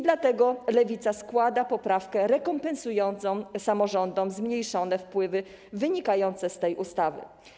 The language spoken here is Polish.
Dlatego Lewica składa poprawkę rekompensującą samorządom zmniejszone wpływy wynikające z tej ustawy.